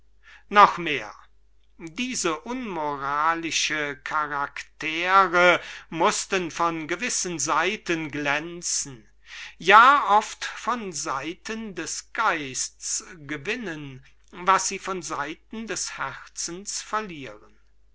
noch mehr diese unmoralische charaktere von denen vorhin gesprochen wurde mußten von gewissen seiten glänzen ja oft von seiten des geistes gewinnen was sie von seiten des herzens verlieren